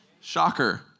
Shocker